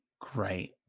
great